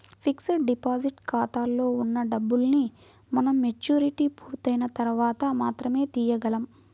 fixed deposit ఖాతాలో ఉన్న డబ్బుల్ని మనం మెచ్యూరిటీ పూర్తయిన తర్వాత మాత్రమే తీయగలం